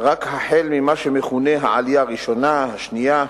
רק החל ממה שמכונה העלייה הראשונה, השנייה,